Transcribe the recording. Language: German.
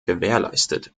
gewährleistet